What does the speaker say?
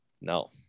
no